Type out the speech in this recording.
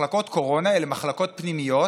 מחלקות קורונה הן מחלקות פנימיות